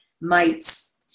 mites